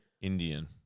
Indian